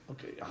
Okay